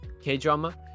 K-drama